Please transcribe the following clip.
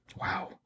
wow